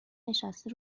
نشسته